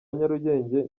nyarugenge